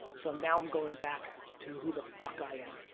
so now i'm going back to who the fuck i am.